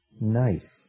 nice